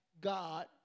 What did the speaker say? God